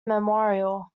memorial